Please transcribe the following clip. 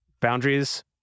boundaries